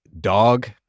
dog